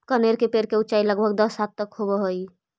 कनेर के पेड़ के ऊंचाई लगभग दस हाथ तक होवऽ हई